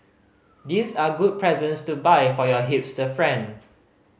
these are good presents to buy for your hipster friend